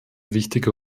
wichtige